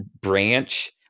branch